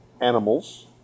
animals